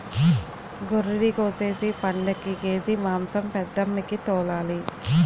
గొర్రినికోసేసి పండక్కి కేజి మాంసం పెద్దమ్మికి తోలాలి